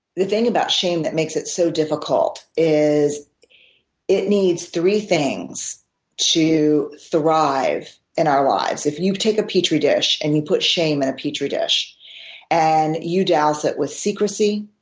the thing about shame that makes it so difficult is it needs three things to thrive in our lives. if and you take a petri dish and you put shame in a petri dish and you douse it with secrecy,